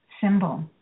symbol